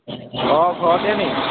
অ ঘৰতে নেকি